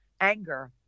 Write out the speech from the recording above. anger